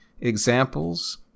examples